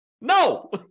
No